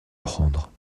prendre